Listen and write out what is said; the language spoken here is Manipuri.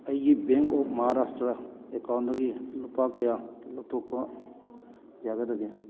ꯑꯩꯒꯤ ꯕꯦꯡ ꯑꯣꯞ ꯃꯍꯥꯔꯥꯁꯇ꯭ꯔ ꯑꯦꯀꯥꯎꯟꯗꯒꯤ ꯂꯨꯄꯥ ꯀꯌꯥ ꯂꯧꯊꯣꯛꯄ ꯌꯥꯒꯗꯒꯦ